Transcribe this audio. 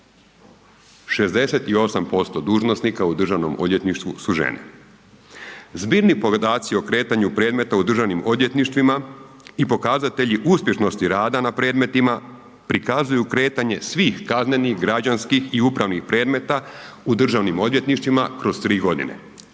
68% dužnosnika u državnom odvjetništvu su žene. Zbirni podaci o kretanju predmeta u državnim odvjetništvima i pokazatelji uspješnosti rada na predmetima prikazuju kretanje svih kaznenih, građanskih i upravnih predmeta u državnim odvjetništvima kroz tri godine,